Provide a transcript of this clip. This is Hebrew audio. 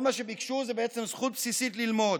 כל מה שהם ביקשו זה בעצם זכות בסיסית ללמוד.